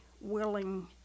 willing